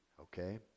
okay